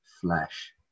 flesh